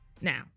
Now